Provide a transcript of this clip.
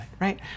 right